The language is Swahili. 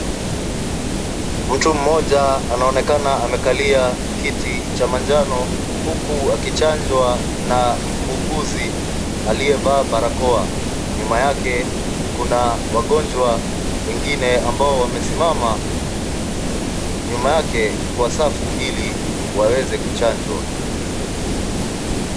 Mtu mmoja anaonekana amekalia kiti cha manjano, huku akichanjwa na muuguzi aliyevaa barakoa. Nyuma yake kuna wagonjwa wengine ambao wamesimama, nyuma yake kwa safu ili waweze kuchanjwa.